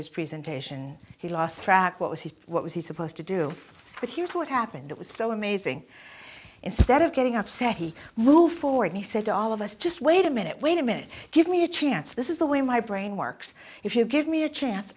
his presentation he lost track what was he what was he supposed to do but here's what happened it was so amazing instead of getting upset he blew four and he said to all of us just wait a minute wait a minute give me a chance this is the way my brain works if you give me a chance